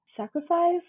sacrifice